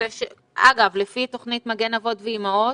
אגב, לפי תוכנית "מגן אבות ואימהות"